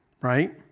right